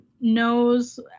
knows